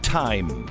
time